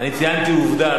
אני ציינתי עובדה,